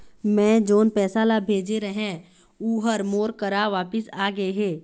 मै जोन पैसा ला भेजे रहें, ऊ हर मोर करा वापिस आ गे हे